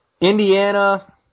Indiana